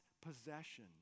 possession